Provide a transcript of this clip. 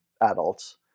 adults